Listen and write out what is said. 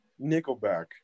Nickelback